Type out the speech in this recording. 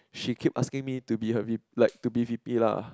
she keep asking me to be her V like to be V_P lah